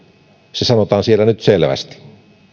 se sanotaan siellä nyt selvästi